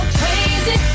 crazy